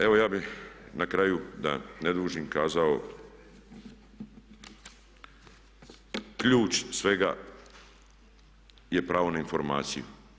Evo ja bih na kraju da ne dužim kazao ključ svega je pravo na informaciju.